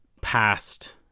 past